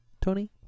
Tony